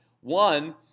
One